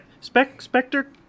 Spectre